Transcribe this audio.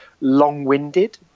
long-winded